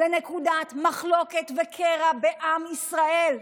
לנקודת מחלוקת וקרע בעם ישראל.